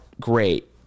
great